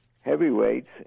heavyweights